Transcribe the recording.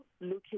looking